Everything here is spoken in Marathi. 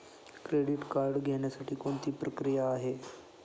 क्रेडिट कार्ड घेण्यासाठी कोणती प्रक्रिया आहे?